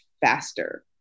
faster